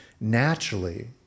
naturally